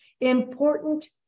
important